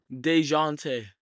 Dejante